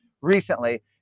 recently